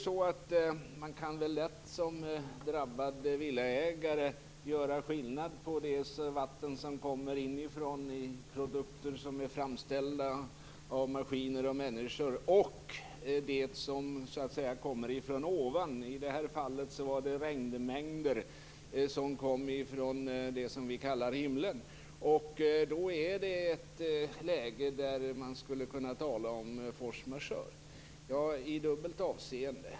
Som drabbad villaägare kan man lätt göra skillnad på det vatten som kommer inifrån, från produkter och maskiner som är framställda av människor, och det vatten som kommer från ovan. I det här fallet var det regnmängder som kom från det som vi kallar himlen, och då är det ett läge där man skulle kunna tala om force majeure, i dubbelt avseende.